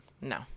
No